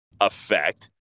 effect